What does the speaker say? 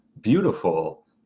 beautiful